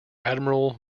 admiral